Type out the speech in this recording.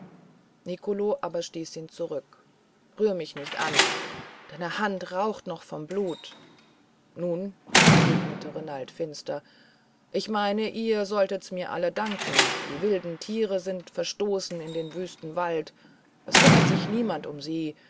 nicolo aber stieß ihn zurück rühre mich nicht an deine hand raucht noch von blut nun entgegnete renald finster ich meine ihr solltet mir's alle danken die wilden tiere sind verstoßen in den wüsten wald es bekümmert sich niemand um sie